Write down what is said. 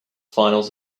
finals